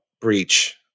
breach